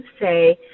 say